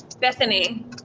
Bethany